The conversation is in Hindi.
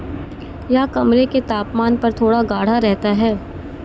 यह कमरे के तापमान पर थोड़ा गाढ़ा रहता है